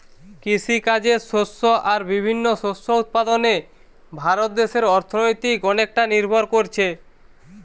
কৃষিকাজের শস্য আর বিভিন্ন শস্য উৎপাদনে ভারত দেশের অর্থনীতি অনেকটা নির্ভর কোরছে